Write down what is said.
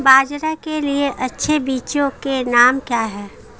बाजरा के लिए अच्छे बीजों के नाम क्या हैं?